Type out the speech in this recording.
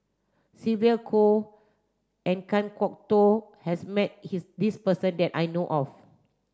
Sylvia Kho and Kan Kwok Toh has met his this person that I know of